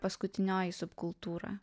paskutinioji subkultūra